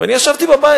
ואני ישבתי בבית.